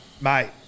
Mate